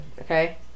okay